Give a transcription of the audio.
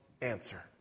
answer